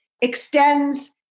extends